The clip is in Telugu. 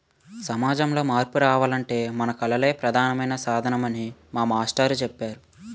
సమాజంలో మార్పు రావాలంటే మన కళలే ప్రధానమైన సాధనమని మా మాస్టారు చెప్పేరు